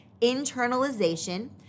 internalization